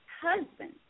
husband